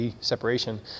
separation